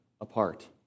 apart